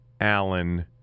Allen